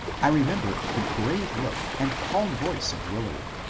i remember the grave look and calm voice of willard,